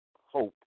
hope